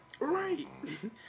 right